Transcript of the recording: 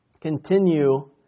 Continue